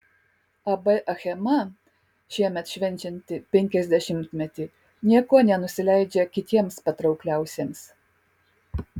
ab achema šiemet švenčianti penkiasdešimtmetį niekuo nenusileidžia kitiems patraukliausiems